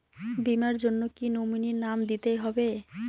বীমার জন্য কি নমিনীর নাম দিতেই হবে?